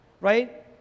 right